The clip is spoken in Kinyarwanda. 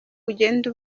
ugenda